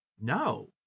No